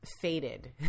Faded